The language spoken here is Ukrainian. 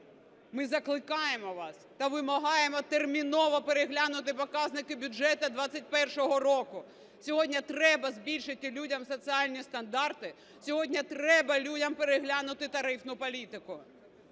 Ми закликаємо вас та вимагаємо терміново переглянути показники бюджету 2021 року. Сьогодні треба збільшити людям соціальні стандарти, сьогодні треба людям переглянути тарифну політику.